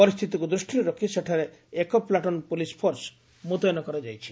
ପରିସ୍ବିତିକୁ ଦୃଷିରେ ରଖ୍ ସେଠାରେ ଏକ ପ୍ଲାଟୁନ୍ ପୁଳିସ୍ ଫୋର୍ସ ମ୍ରତୟନ କରାଯାଇଛି